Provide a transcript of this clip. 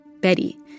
Betty